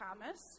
Thomas